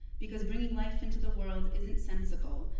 because bringing life into the world isn't sensical.